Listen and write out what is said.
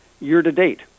year-to-date